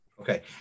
Okay